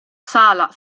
sala